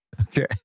Okay